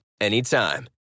anytime